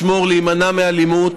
לשמור ולהימנע מאלימות.